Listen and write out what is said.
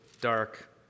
dark